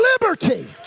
liberty